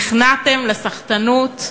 נכנעתם לסחטנות,